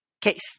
case